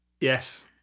Yes